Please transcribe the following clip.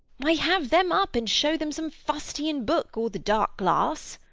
why, have them up, and shew them some fustian book, or the dark glass.